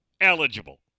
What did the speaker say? eligible